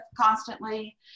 constantly